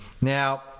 Now